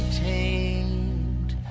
tamed